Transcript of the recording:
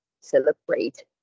celebrate